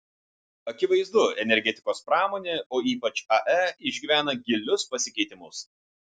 akivaizdu energetikos pramonė o ypač ae išgyvena gilius pasikeitimus